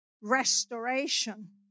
restoration